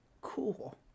cool